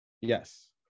yes